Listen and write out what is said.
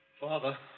Father